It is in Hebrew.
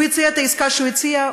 הוא הציע את העסקה שהוא הציע,